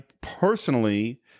personally